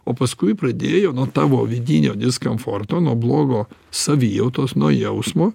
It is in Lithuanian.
o paskui pradėjo nuo tavo vidinio diskomforto nuo blogo savijautos nuo jausmo